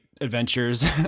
adventures